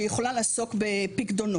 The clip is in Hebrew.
שהיא יכולה לעסוק בפיקדונות,